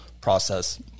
process